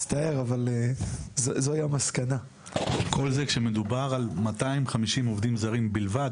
כל זה כשמדובר על כ-250 עובדים זרים בלבד,